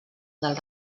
del